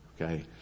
okay